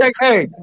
hey